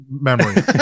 memory